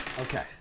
Okay